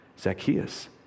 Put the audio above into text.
Zacchaeus